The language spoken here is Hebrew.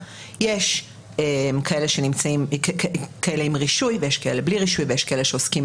יש כאלה עם רישוי ויש כאלה בלי רישוי ויש כאלה שעוסקים